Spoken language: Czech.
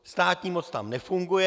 Státní moc tam nefunguje.